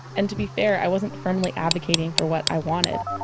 and to be fair, i wasn't firmly advocating for what i wanted.